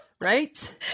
right